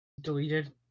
Deleted